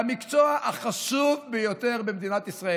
למקצוע החשוב ביותר במדינת ישראל.